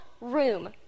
room